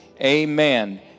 Amen